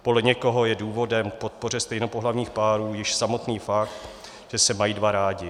Podle někoho je důvodem k podpoře stejnopohlavních párů již samotný fakt, že se mají dva rádi.